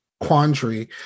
quandary